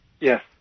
yes